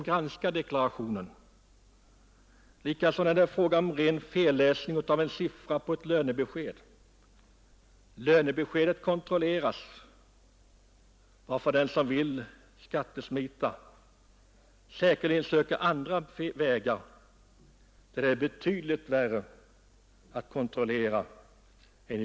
Detsamma gäller när det är fråga om ren felläsning på ett lönebesked. Lönebeskedet kan också kontrolleras, varför den som vill skattesmita säkerligen söker andra vägar där det är betydligt värre att kontrollera.